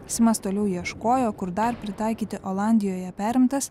simas toliau ieškojo kur dar pritaikyti olandijoje perimtas